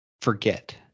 forget